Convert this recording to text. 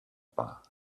bar